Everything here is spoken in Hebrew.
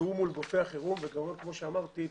תיאום מול גופי החירום וכמו שאמרתי,